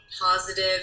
positive